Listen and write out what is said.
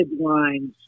lines